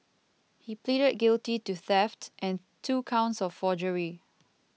he pleaded guilty to theft and two counts of forgery